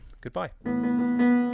goodbye